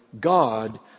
God